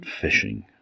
fishing